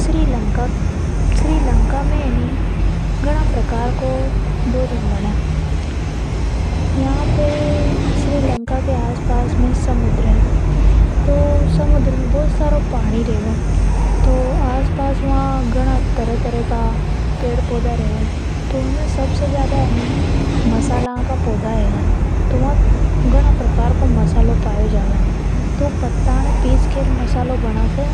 श्री लंका में ए नि गणों प्रकार को भोजन बने यहां पे आस पास समुद्र हैं ऊमें बहुत सारा पानी रेवे। वहां नरा सारा पेड़ रेवे आस पास में। तो उनमें सबसे ज्यादा मसाला का पौधा हे गा। तो वहा घनों प्रकार को मसालों पायो जावे तो उन पताअ न पीस मसालों बनावे।